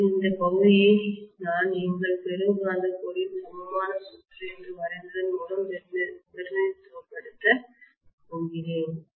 இப்போது இந்த பகுதியை நான் எங்கள் ஃபெரோ காந்த கோரின் சமமான சுற்று என்று வரைந்ததன் மூலம் பிரதிநிதித்துவப்படுத்தப் போகிறேன்